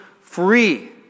free